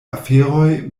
aferoj